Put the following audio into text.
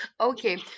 okay